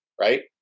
right